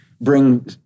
bring